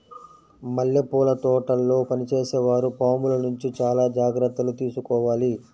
మల్లెపూల తోటల్లో పనిచేసే వారు పాముల నుంచి చాలా జాగ్రత్తలు తీసుకోవాలి